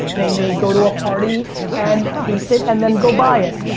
they may go to a party and taste it and then go buy it.